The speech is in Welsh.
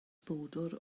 bowdr